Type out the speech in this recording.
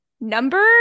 number